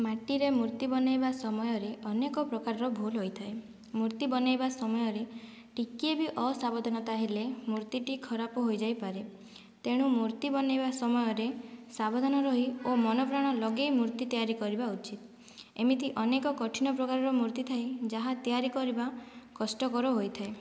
ମାଟିରେ ମୂର୍ତ୍ତି ବନାଇବା ସମୟରେ ଅନେକ ପ୍ରକାରର ଭୁଲ ହୋଇଥାଏ ମୂର୍ତ୍ତି ବନାଇବା ସମୟରେ ଟିକେ ବି ଅସାବଧାନତା ହେଲେ ମୂର୍ତ୍ତିଟି ଖରାପ ହୋଇଯାଇପାରେ ତେଣୁ ମୂର୍ତି ବନାଇବା ସମୟରେ ସାବଧାନ ରହି ଓ ମନ ପ୍ରାଣ ଲଗାଇ ମୂର୍ତ୍ତି ତିଆରି କରିବା ଉଚିତ ଏମିତି ଅନେକ କଠିନ ପ୍ରକାରର ମୂର୍ତ୍ତି ଥାଏ ଯାହା ତିଆରି କରିବା କଷ୍ଟକର ହୋଇଥାଏ